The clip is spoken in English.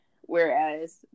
whereas